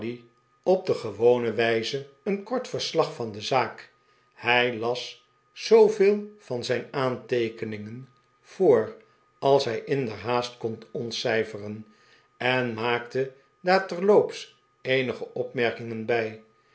op de gewone wijze een kort verslag van de zaak hij las zooveel van zijn aanteekeningen voor als hij inderhaast kon ontcijferen eh maakte daar terloops eenige opmerkingen bij